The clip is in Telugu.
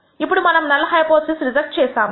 ఇప్పుడు మనము నల్ హైపోథిసిస్ రిజెక్ట్ చేస్తాము